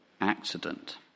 accident